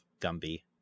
Gumby